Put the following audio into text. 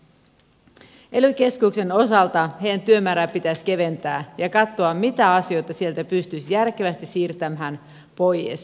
ely keskusten osalta heidän työmääräänsä pitäisi keventää ja katsoa mitä asioita sieltä pystyisi järkevästi siirtämään pois